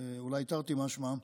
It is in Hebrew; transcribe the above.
אולי תרתי משמע,